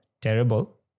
terrible